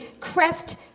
Crest